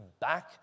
back